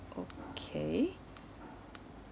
okay